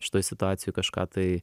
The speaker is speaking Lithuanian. šitoj situacijoj kažką tai